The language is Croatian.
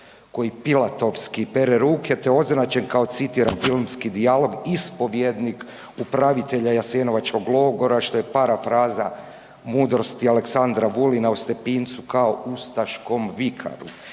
koji pilatovski pere ruke te ozračen kao citiram filmski dijalog ispovjednik upravitelja Jasenovačkog logora što je parafraza mudrosti Aleksandra Vulina o Stepincu kao ustaškom vikaru.